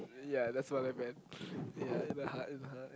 ya that's what I meant ya in a hut in a hut in